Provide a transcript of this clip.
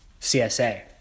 CSA